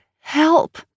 help